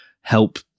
help